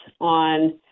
on